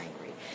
angry